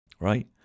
right